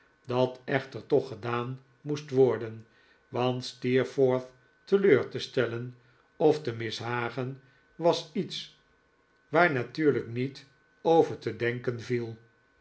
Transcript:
dat echter toch gedaan moest worden want steerforth teleur te stellen of te mishagen was iets waar natuurlijk niet over te denken viel